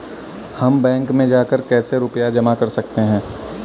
हम बैंक में जाकर कैसे रुपया जमा कर सकते हैं?